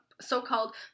so-called